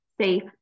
safe